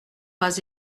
pas